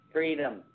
Freedom